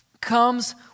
comes